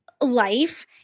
life